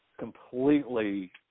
completely